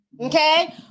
okay